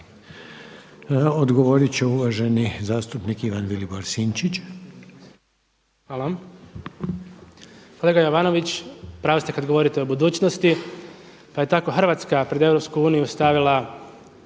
Odgovoriti će uvaženi zastupnik Ivan Vilibor Sinčić. **Sinčić, Ivan Vilibor (Živi zid)** Kolega Jovanović, u pravu ste kada govorite o budućnosti. Pa je tako Hrvatska pred EU stavila